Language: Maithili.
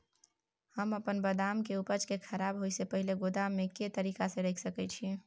हम अपन बदाम के उपज के खराब होय से पहिल गोदाम में के तरीका से रैख सके छी?